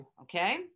Okay